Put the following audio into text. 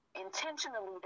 Intentionally